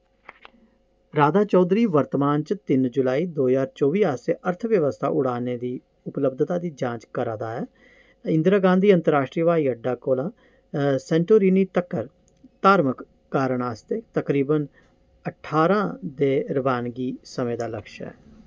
राधा चौधरी वर्तमान च तिन जुलाई दो ज्हार चौबी आस्तै अर्थव्यवस्था उड़ानें दी उपलब्धता दी जांच करा दा ऐ ते इंदिरा गांधी अंतर राश्ट्री हवाई अड्डा कोला सैंटोरिनी तक्कर धार्मक कारण आस्तै तकरीबन अठारां दे रवानगी समें दा लक्ष्य ऐ